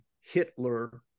Hitler